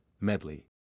Medley